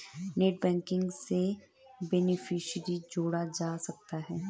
net banking से beneficiary जोड़ा जा सकता है